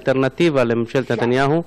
אלטרנטיבה לממשלת נתניהו,